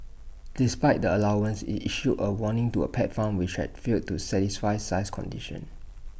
despite the allowance IT issued A warning to A pet farm which had failed to satisfy size conditions